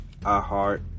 iHeart